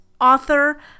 author